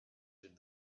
did